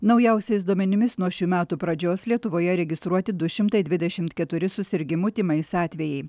naujausiais duomenimis nuo šių metų pradžios lietuvoje registruoti du šimtai dvidešimt keturi susirgimų tymais atvejai